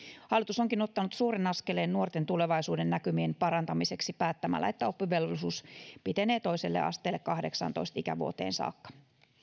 hallitus onkin ottanut suuren askeleen nuorten tulevaisuudennäkymien parantamiseksi päättämällä että oppivelvollisuus pitenee toiselle asteelle kahdeksaantoista ikävuoteen saakka